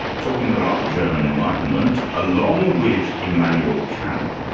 talking about the german enlightenment, along with immanuel kant,